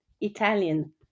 italian